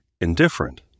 indifferent